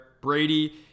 Brady